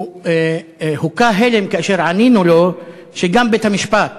הוא הוכה בהלם כאשר ענינו לו שגם בית-המשפט